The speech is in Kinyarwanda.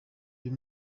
uyu